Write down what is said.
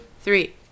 three